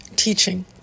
teaching